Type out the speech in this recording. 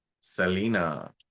Selena